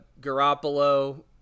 Garoppolo